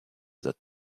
that